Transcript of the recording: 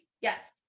Yes